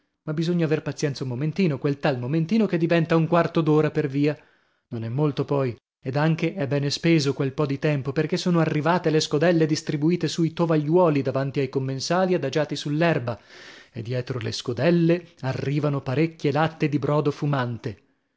ma bisogna aver pazienza un momentino quel tal momentino che diventa un quarto d'ora per via non è molto poi ed anche è bene speso quel po di tempo perchè sono arrivate le scodelle e distribuite sui tovagliuoli davanti ai commensali adagiati sull'erba e dietro le scodelle arrivano parecchie latte di brodo fumante